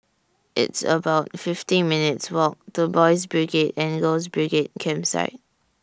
It's about fifty minutes' Walk to Boys' Brigade and Girls' Brigade Campsite